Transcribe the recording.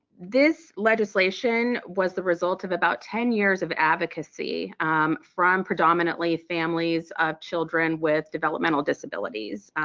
this legislation was the result of about ten years of advocacy from predominantly families of children with developmental disabilities,